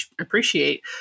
appreciate